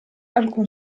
alcun